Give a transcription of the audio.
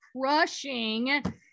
crushing